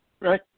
Right